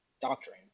doctrine